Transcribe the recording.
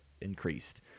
increased